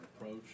approach